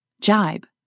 Jibe